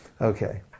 Okay